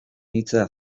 hitza